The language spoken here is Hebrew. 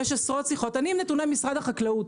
אני עם נתוני משרד החקלאות,